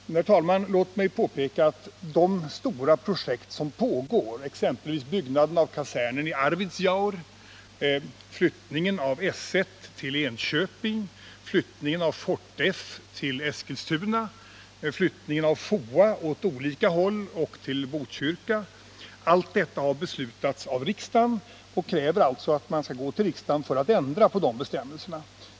Men, herr talman, låt mig påpeka att de stora projekt som pågår, exempelvis byggandet av kaserner i Arvidsjaur, flyttningen av S1 till Enköping, flyttningen av Fort F till Eskilstuna, flyttningen av Foa åt olika håll och till Botkyrka, allt detta har beslutats av riksdagen och kräver alltså att man skall gå till riksdagen för att ändra de besluten.